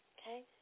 okay